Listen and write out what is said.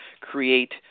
create